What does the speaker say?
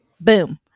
boom